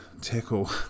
Tackle